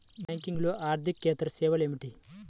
బ్యాంకింగ్లో అర్దికేతర సేవలు ఏమిటీ?